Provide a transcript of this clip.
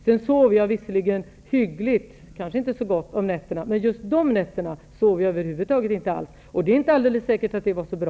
Jag sover vidare visserligen hyggligt om nätterna, om också kanske inte så gott, men under de aktuella nätterna sov jag över huvud taget inte. Det är inte heller alldeles säkert att det var så bra.